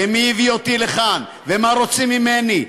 ומי הביא אותי לכאן ומה רוצים ממני,